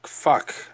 Fuck